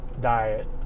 diet